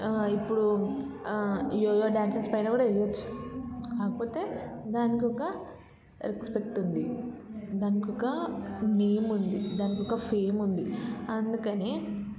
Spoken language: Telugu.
ఇప్పుడు ఈ యోగా డ్యాన్సెస్ పైన కూడా వేయచ్చు కాకపోతే దానికి ఒక రెస్పెక్ట్ ఉంది దానికి ఒక నేమ్ ఉంది దానికి ఒక ఫేమ్ ఉంది అందుకని